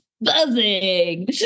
buzzing